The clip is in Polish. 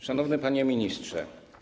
Szanowny Panie Ministrze!